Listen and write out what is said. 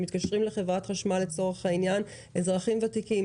כשמתקשרים לחברת חשמל לצורך העניין אזרחים ותיקים,